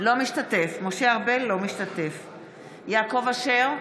אינו משתתף בהצבעה יעקב אשר,